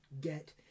get